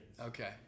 Okay